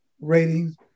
ratings